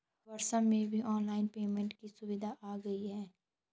WhatsApp में भी online payment की सुविधा आ गई है